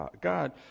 God